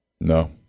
No